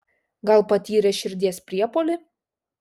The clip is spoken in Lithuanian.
gal patyrė širdies priepuolį